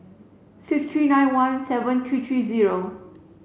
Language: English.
six three nine one seven three three zero